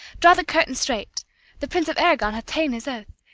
draw the curtain straight the prince of arragon hath ta'en his oath,